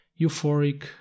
euphoric